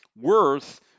worth